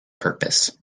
purpose